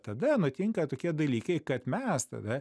tada nutinka tokie dalykai kad mes tada